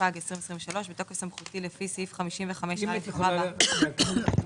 התשפ"ג 2023. בתוקף סמכותי לפי סעיף 55א לחוק ניירות ערך,